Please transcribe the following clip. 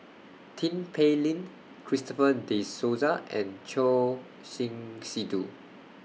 Tin Pei Ling Christopher De Souza and Choor Singh Sidhu